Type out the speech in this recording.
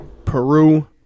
Peru